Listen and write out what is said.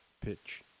pitch